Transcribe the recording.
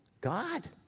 God